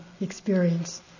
experience